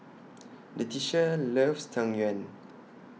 Leticia loves Tang Yuen